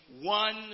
one